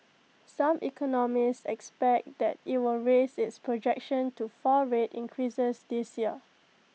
some economists expect that IT will raise its projection to four rate increases this year